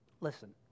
Listen